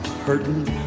hurting